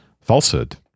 falsehood